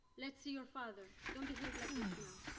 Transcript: let's see your father, don't behave like this now